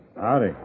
howdy